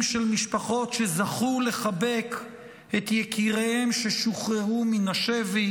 של משפחות שזכו לחבק את יקיריהם ששוחררו מן השבי.